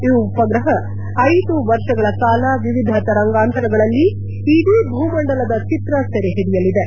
ಈ ಉಪಗ್ರಹ ಐದು ವರ್ಷಗಳ ಕಾಲ ವಿವಿಧ ತರಂಗಾಂತರಗಳಲ್ಲಿ ಇಡೀ ಭೂಮಂಡಲದ ಚಿತ್ರ ಸೆರೆಹಿಡಿಯಲಿದೆ